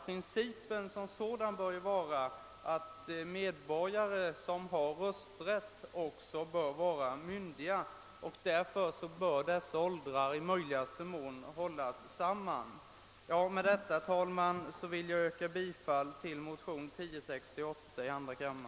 Principen bör vara att medborgare som har rösträtt också är myndiga. Därför bör dessa åldrar i möjligaste mån hållas samman. Med detta, herr talman, ber jag att få yrka bifall till motion II: 1068.